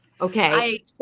okay